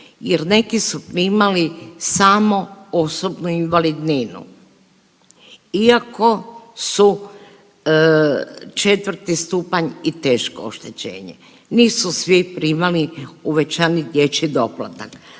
jer neki su imali samo osobnu invalidninu iako su četvrti stupanj i teško oštećenje. Nisu svi primali uvećani dječji doplatak,